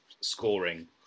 scoring